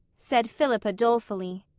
said philippa dolefully,